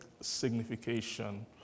signification